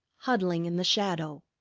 huddling in the shadow.